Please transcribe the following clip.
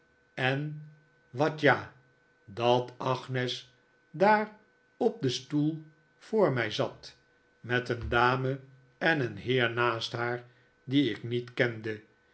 en wat ja dat agnes daar qp den stoel voor mij zat met een dame en een heer naast haar die ik niet kende